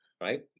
right